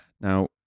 now